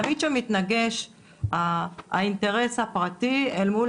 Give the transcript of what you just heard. תמיד כשמתנגש האינטרס הפרטי אל מול